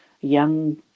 young